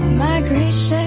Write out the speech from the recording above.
migration,